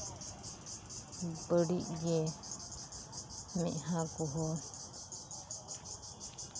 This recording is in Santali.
ᱵᱟᱹᱲᱤᱡ ᱜᱮ ᱢᱮᱫᱦᱟ ᱠᱚᱦᱚᱸ